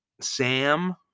Sam